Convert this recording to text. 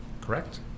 correct